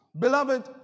Beloved